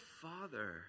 Father